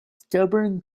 stubborn